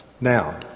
Now